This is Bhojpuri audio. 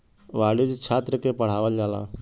वाणिज्य छात्र के पढ़ावल जाला